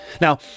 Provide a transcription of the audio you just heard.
Now